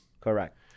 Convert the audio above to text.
Correct